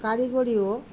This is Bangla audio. কারিগরিও